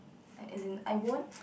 a~ as in I won't